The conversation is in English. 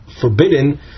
forbidden